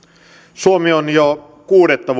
suomi on jo kuudetta